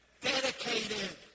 Dedicated